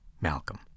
Malcolm